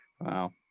wow